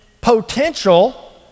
potential